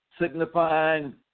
signifying